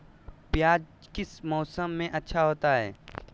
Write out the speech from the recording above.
प्याज किस मौसम में अच्छा होता है?